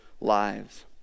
lives